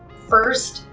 first,